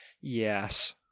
Yes